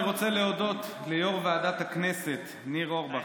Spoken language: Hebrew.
אני רוצה להודות ליו"ר ועדת הכנסת ניר אורבך,